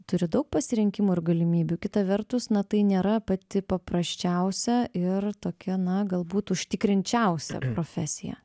turi daug pasirinkimų ir galimybių kita vertus na tai nėra pati paprasčiausia ir tokia na galbūt užtikrinčiausia profesija